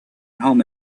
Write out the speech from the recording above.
home